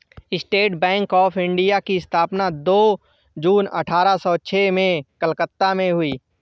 state Bank of India की स्थापना दो जून अठारह सो छह में कलकत्ता में हुई